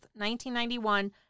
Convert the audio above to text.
1991